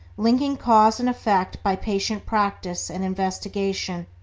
linking cause and effect by patient practice and investigation,